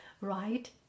right